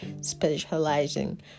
specializing